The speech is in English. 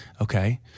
Okay